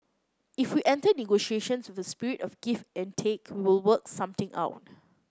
if we enter negotiations with a spirit of give and take we will work something out